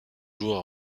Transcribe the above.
jours